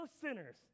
sinners